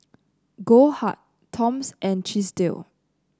Goldheart Toms and Chesdale